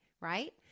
right